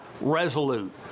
resolute